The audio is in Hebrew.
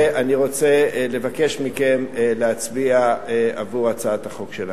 אני רוצה לבקש מכם להצביע עבור הצעת החוק שלנו.